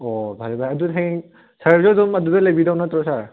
ꯑꯣ ꯐꯔꯦ ꯐꯔꯦ ꯑꯗꯨꯗꯤ ꯍꯌꯦꯡ ꯁꯥꯔꯁꯨ ꯑꯗꯨꯝ ꯑꯗꯨꯗ ꯂꯩꯕꯤꯗꯧ ꯅꯠꯇ꯭ꯔꯣ ꯁꯥꯔ